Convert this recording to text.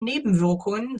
nebenwirkungen